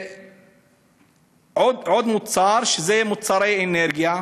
ועוד מוצר, שזה מוצרי אנרגיה,